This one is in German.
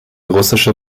russische